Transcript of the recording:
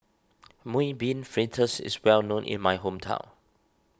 Mung Bean Fritters is well known in my hometown